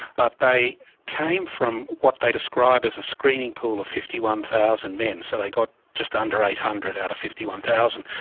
but they came from what they describe as a screening pool of fifty one thousand men. so they got just under eight hundred out of fifty one thousand.